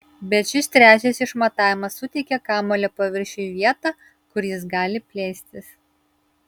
bet šis trečias išmatavimas suteikia kamuolio paviršiui vietą kur jis gali plėstis